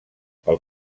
pel